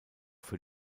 für